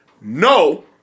No